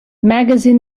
magazine